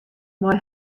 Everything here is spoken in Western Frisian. mei